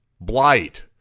blight